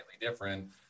different